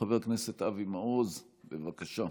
חבר הכנסת אבי מעוז, בבקשה.